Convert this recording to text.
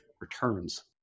returns